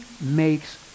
makes